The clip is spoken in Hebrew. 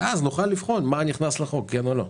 ואז נוכל לבחון מה נכנס לחוק, כן או לא.